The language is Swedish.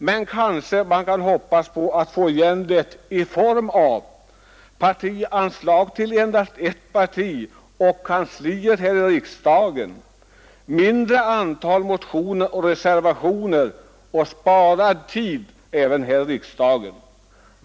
Men kanske man kan hoppas på att få igen det i form av partianslag till endast ett parti och kansli här i riksdagen, mindre antal motioner och reservationer och sparad tid.